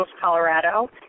Colorado